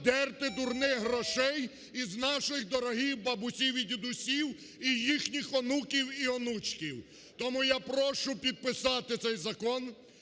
дерти дурних грошей із наших дорогих бабусів і дідусів, і їхніх онуків і онучків. Тому я прошу підписати цей закон,